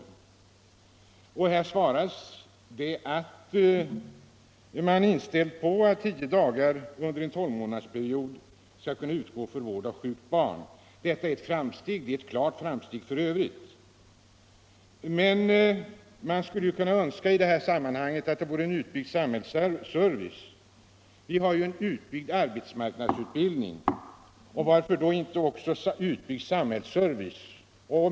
I svaret anger statsrådet att hon anser att utbildningsbidrag skall kunna utgå för tio dagar under en tolvmånadersperiod, utöver två dagar per månad, för vård av sjukt barn. Detta är ett klart framsteg. Men man skulle i vissa sammanhang kunna önska sig en utbyggd samhällsservice. Vi har en utbyggd arbetsmarknadsutbildning, och varför då inte också utbyggd samhällsservice?